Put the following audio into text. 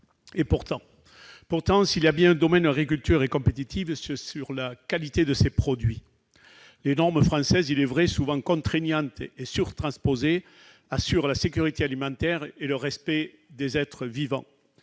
etc. Pourtant, s'il y a bien un domaine dans lequel l'agriculture française est compétitive, c'est la qualité de ses produits ! Les normes françaises, il est vrai souvent contraignantes et surtransposées, assurent la sécurité alimentaire et le respect des êtres vivants.